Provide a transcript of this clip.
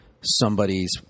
somebody's